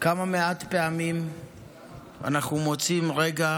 כמה מעט פעמים אנחנו מוצאים רגע